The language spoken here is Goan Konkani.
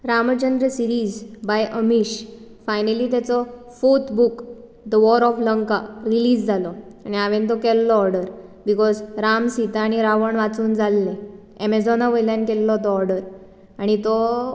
Ramchandra series by Amish finally तेचो fourth book the war of Lanka release जालो आनी हांवे तो केल्लो ओर्डर बिकोज राम सिता आनी रावण वाचून जाल्ले एमेजोना वयल्यान केल्लो तो ओर्डर आनी तो